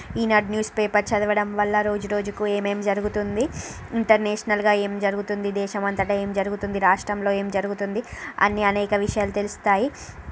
ఈనాడు news paper చదవడం వల్ల రోజు రోజుకి ఏమేం జరుగుతుంది ఇంటర్నేషనల్గా ఏం జరుగుతుంది దేశమంతటా ఏం జరుగుతుంది రాష్ట్రములో ఏం జరుగుతుంది అన్నీ అనేక విషయాలు తెలుస్తాయి